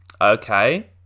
Okay